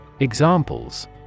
Examples